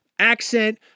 Accent